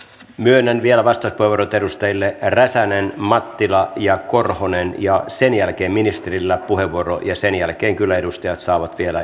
myönnän vielä vastauspuheenvuorot edustajille räsänen mattila ja korhonen sen jälkeen on ministerillä puheenvuoro ja sen jälkeen kyllä edustajat saavat vielä jatkodebatointia